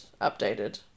updated